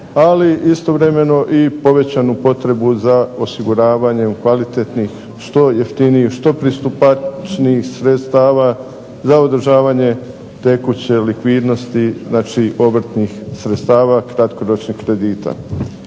ali istovremeno i povećanu potrebu za osiguravanjem kvalitetnih što jeftinijih, što pristupačnijih sredstava za održavanje tekuće likvidnosti znači obrtnih sredstava kratkoročnih kredita.